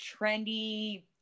trendy